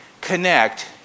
connect